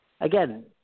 again